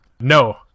no